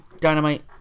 Dynamite